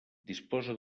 disposa